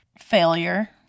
Failure